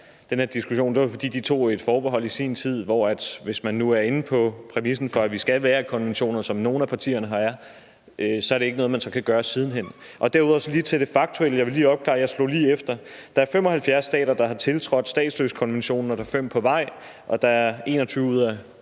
er den diskussion, er, at de i sin tid tog et forbehold. Og hvis man nu er enig i præmissen for, at vi skal være med i konventionen, sådan som nogle af partierne her er, er det ikke noget, man kan gøre siden hen. Derudover lige til det faktuelle, som jeg lige slog efter: Det er 75 stater, der har tiltrådt statsløsekonventionen, der er 5 på vej, og der er 21 ud af